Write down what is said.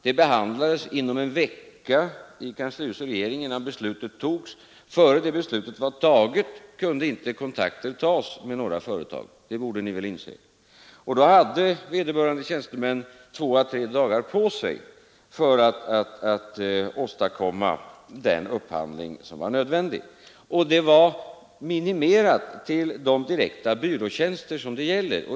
Det behandlades inom en vecka i kanslihuset och av regeringen innan beslutet togs. Innan beslutet hade fattats kunde inte kontakter tas med några företag, det borde ni väl inse. Då hade vederbörande tjänstemän två å tre dagar på sig för att åstadkomma den upphandling som var nödvändig. Och det var minimerat till de direkta byråtjänster som det gällde.